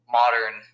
modern